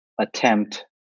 attempt